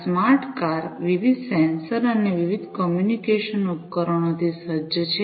આ smart car વિવિધ sensor અને વિવિધ કોમ્યુનિકેશન ઉપકરણોથી સજ્જ છે